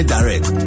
Direct